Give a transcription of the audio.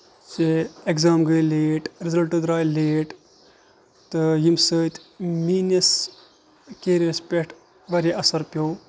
کہِ اٮ۪کزام گٔیے لیٹ رِزلٹ درٛاے لیٹ تہٕ ییٚمہِ سۭتۍ میٲنِس کیریرس پٮ۪ٹھ واریاہ اَثر پیوو